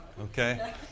Okay